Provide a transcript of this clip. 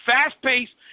Fast-paced